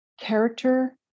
character